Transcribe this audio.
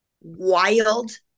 wild